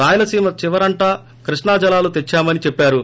రాయలసీమ చివరంటా కృష్ణా జలాలు తెచ్చామని చెప్పారు